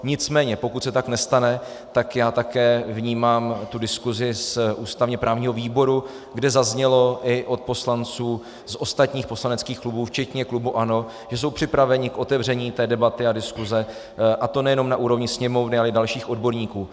Nicméně pokud se tak nestane, tak já také vnímám tu diskusi z ústavněprávního výboru, kde zaznělo i od poslanců z ostatních poslaneckých klubů včetně klubu ANO, že jsou připraveni k otevření debaty a diskuse, a to nejenom na úrovni Sněmovny, ale i dalších odborníků.